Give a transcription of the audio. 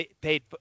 paid